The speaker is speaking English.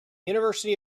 university